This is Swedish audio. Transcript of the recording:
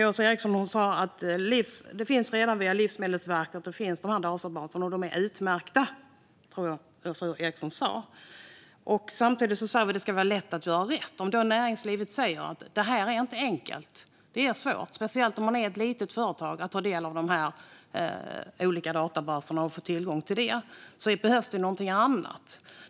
Åsa Eriksson sa att dessa databaser redan finns via Livsmedelsverket, och hon sa att de är utmärkta. Samtidigt sa hon att det ska vara lätt att göra rätt. Om näringslivet säger att det inte är enkelt utan svårt, speciellt för ett litet företag, att få tillgång till de olika databaserna behövs något annat.